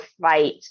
fight